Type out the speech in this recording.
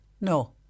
No